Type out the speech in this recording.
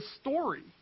story